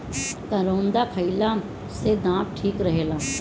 करौदा खईला से दांत ठीक रहेला